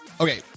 Okay